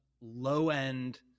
low-end